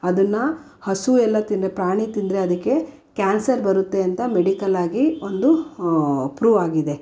ಅದನ್ನ ಹಸು ಎಲ್ಲ ತಿಂದರೆ ಪ್ರಾಣಿ ತಿಂದರೆ ಅದಕ್ಕೆ ಕ್ಯಾನ್ಸರ್ ಬರುತ್ತೆ ಅಂತ ಮೆಡಿಕಲ್ಲಾಗಿ ಒಂದು ಪ್ರೂ ಆಗಿದೆ